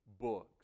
books